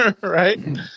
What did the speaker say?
Right